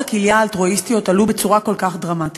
הכליה האלטרואיסטיות עלו בצורה כל כך דרמטית.